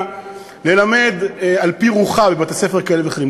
ללמד על-פי רוחה בבתי-ספר כאלה ואחרים.